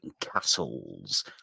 castles